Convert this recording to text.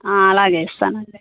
అలాగే ఇస్తానండి